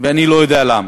ואני לא יודע למה.